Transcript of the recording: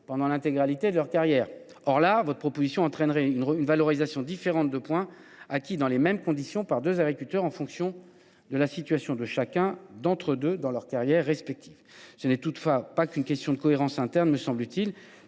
pendant l’intégralité de leur carrière. Or votre proposition entraînerait une valorisation différente de points acquis dans les mêmes conditions par deux agriculteurs, en fonction de la situation de chacun d’entre eux au sein de leur carrière respective. Au delà de ce manque de cohérence interne, il est